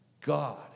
God